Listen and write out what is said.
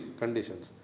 conditions